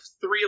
three